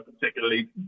particularly